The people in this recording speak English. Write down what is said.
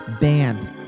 banned